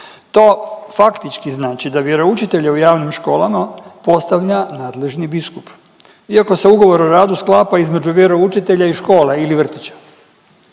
To faktički znači da vjeroučitelje u javnim školama postavlja nadležni biskup iako se ugovor o radu sklapa između vjeroučitelja i škole ili vrtića,